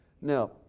Now